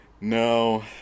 No